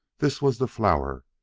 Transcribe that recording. this was the flour,